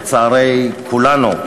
לצער כולנו,